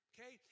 Okay